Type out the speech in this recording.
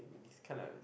it's kinda